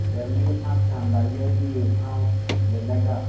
गरमी उत्थां पसंद आई जाह्ग ते भी उत्थां लेई लैगा